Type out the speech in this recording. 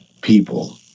people